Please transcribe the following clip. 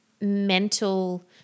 mental